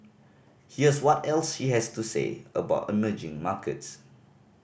here's what else she has to say about emerging markets